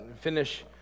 finish